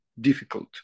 difficult